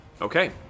Okay